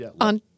on